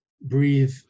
breathe